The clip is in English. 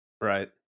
Right